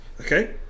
Okay